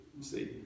see